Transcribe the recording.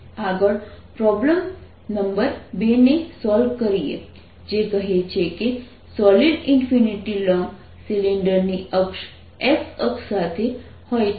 આગળ આપણે પ્રોબ્લેમ 2 ને સોલ્વ કરીએ જે કહે છે કે સોલિડ ઈન્ફિનિટી લોન્ગ સિલિન્ડર ની અક્ષ x અક્ષ સાથે હોય છે